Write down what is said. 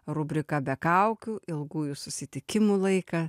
rubriką be kaukių ilgųjų susitikimų laiką